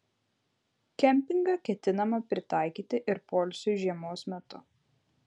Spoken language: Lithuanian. kempingą ketinama pritaikyti ir poilsiui žiemos metu